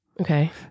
Okay